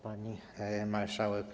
Pani Marszałek!